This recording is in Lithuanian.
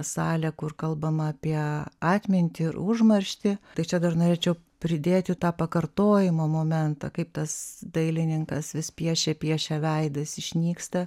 salę kur kalbama apie atmintį ir užmarštį tai čia dar norėčiau pridėti tą pakartojimo momentą kaip tas dailininkas vis piešia piešia veidas išnyksta